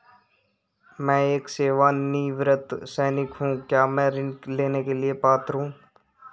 मैं एक सेवानिवृत्त सैनिक हूँ क्या मैं ऋण लेने के लिए पात्र हूँ?